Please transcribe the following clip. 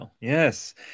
Yes